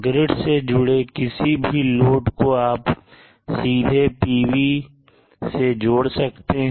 grid से जुड़े किसी भी लोड को आप सीधे PV जोड़ सकते हैं